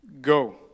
go